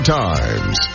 times